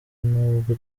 n’ubwo